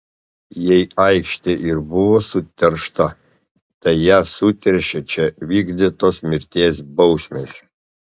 jei aikštė ir buvo suteršta tai ją suteršė čia vykdytos mirties bausmės